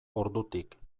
ordutik